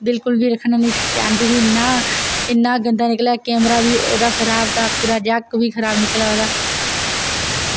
बिल्कुल बी रक्खना नि चांहदी थी इन्ना इन्ना गंदा निकलेआ कैमरा बी ओह्दा खराब था पूरा जैक बी खराब निकलेआ ओह्दा